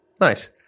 Nice